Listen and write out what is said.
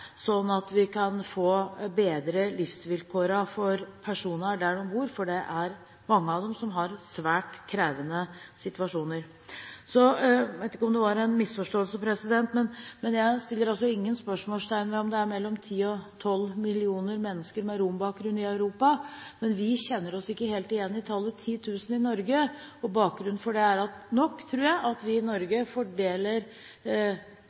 de bor, for det er mange av dem som har svært krevende situasjoner. Så vet jeg ikke om det var en misforståelse, men jeg setter ingen spørsmålstegn ved om det er mellom 10 og 12 millioner mennesker med rombakgrunn i Europa, men vi kjenner oss ikke helt igjen at det er 10 000 i Norge. Bakgrunnen for det tror jeg nok er at vi i Norge fordeler personer på to kategorier, altså rom og romani, og i den gruppen som